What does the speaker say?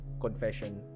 confession